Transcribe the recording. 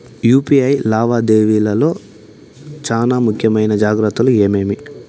UPI లావాదేవీల లో చానా ముఖ్యమైన జాగ్రత్తలు ఏమేమి?